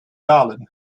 dalen